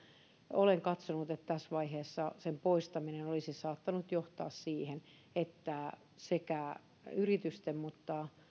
olen katsonut että tässä vaiheessa sen poistaminen olisi saattanut johtaa siihen että sekä yritysten mutta